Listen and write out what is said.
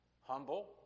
humble